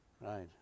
Right